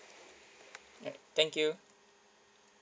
alright thank you